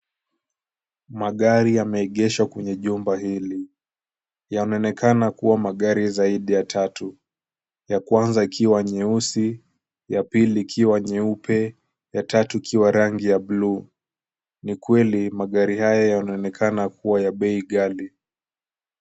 Magari yameegeshwa kwenye jumba hili. Yanaonekana kuwa magari zaidi ya tatu. Ya kwanza ikiwa nyeusi, ya pili ikiwa nyeupe ya tatu ikiwa rangi ya blue . Ni kweli magari hayo yanaonekana kuwa ya bei ghali.